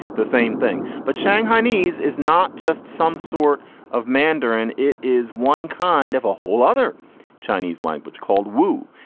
the same thing. but shanghainese is not just some sort of mandarin. it is one kind of a whole other chinese language called wu.